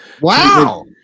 Wow